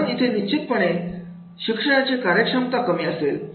म्हणून इथे निश्चितपणे तर शिक्षणाची कार्य क्षमता कमी असेल